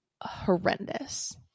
horrendous